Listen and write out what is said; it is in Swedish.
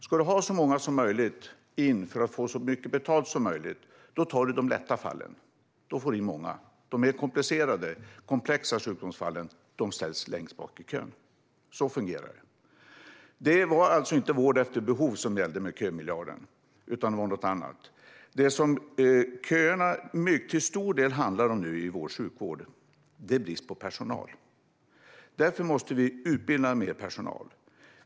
Ska du ha in så många som möjligt för att få så mycket betalt som möjligt tar du de lätta fallen. Då får du in många. De mer komplicerade och komplexa sjukdomsfallen ställs längst bak i kön. Så fungerar det. Det var alltså inte vård efter behov som gällde med kömiljarden, utan det var något annat. Det som köerna i vår sjukvård nu till stor del handlar om är brist på personal. Därför måste vi utbilda mer personal.